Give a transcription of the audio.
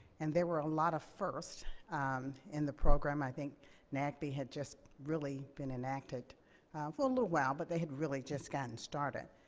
and there were a lot of firsts in the program. i think nagb had just really been enacted for a little while, but they had really just gotten started.